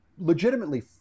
legitimately